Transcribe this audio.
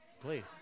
Please